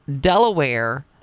Delaware